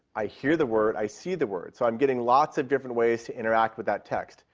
i hear the word, i see the word. so i'm getting lots of different ways to interact with that text.